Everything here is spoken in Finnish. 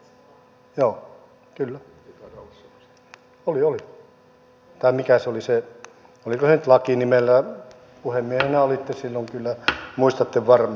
tai mikä se oli se oliko se nyt laki nimellä puhemiehenä olitte silloin kyllä muistatte varmaan